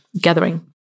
gathering